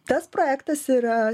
tas projektas yra